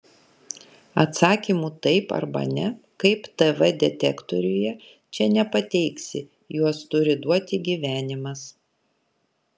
atsakymų taip arba ne kaip tv detektoriuje čia nepateiksi juos turi duoti gyvenimas